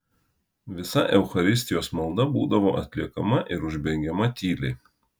visa eucharistijos malda būdavo atliekama ir užbaigiama tyliai